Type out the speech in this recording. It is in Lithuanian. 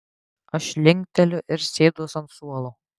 aš linkteliu ir sėduos ant suolo